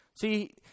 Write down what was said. See